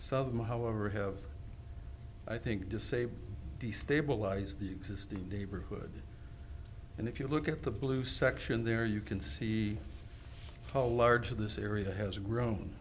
some however have i think to say destabilize the existing neighborhood and if you look at the blue section there you can see how large this area has grown